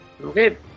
Okay